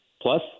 Plus